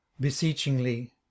beseechingly